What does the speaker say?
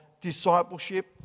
discipleship